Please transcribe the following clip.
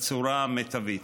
בצורה המיטבית.